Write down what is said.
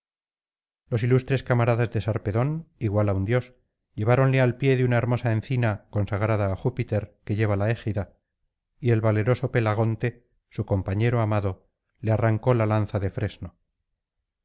los ilustres camaradas de sarpedón igual á un dios lleváronle al pie de una hermosa encina consagrada á júpiter que lleva la égida y el valeroso pelagonte su compañero amado le arrancó la lanza de fresno